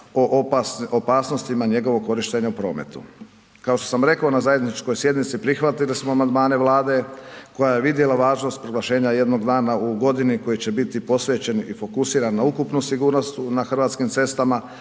o opasnosti njegovog korištenja u prometu, kao što sam rekao, na zajedničkoj sjednici prihvatili smo amandmane Vlade koja je vidjela važnost proglašenja jednog dana u godini koji će biti posvećen i fokusiran na ukupnu sigurnost na hrvatskim cestama